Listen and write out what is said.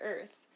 earth